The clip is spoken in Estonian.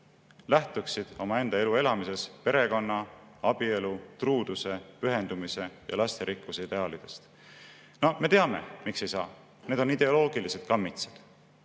lähtuksid omaenda elu elamisel perekonna, abielu, truuduse, pühendumise ja lasterikkuse ideaalidest.Me teame, miks ei saa. Need on ideoloogilised kammitsad,